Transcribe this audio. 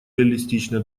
реалистично